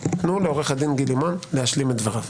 תנו לעו"ד גיל לימון להשלים את דבריו.